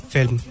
Film